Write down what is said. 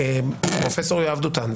פרופ' יואב דותן,